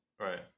Right